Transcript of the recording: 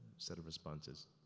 set of responses.